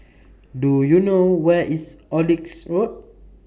Do YOU know Where IS Oxley Road